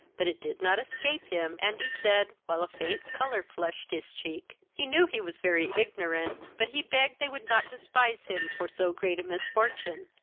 but it did not escape him, and he said, while a faint colour flushed his cheek, he knew he was very ignorant but he begged they would not despise him for so great a misfortune.